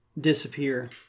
disappear